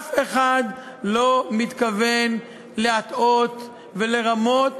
אף אחד לא מתכוון להטעות ולרמות,